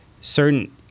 certain